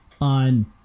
on